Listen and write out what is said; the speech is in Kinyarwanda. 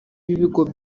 b’ibigo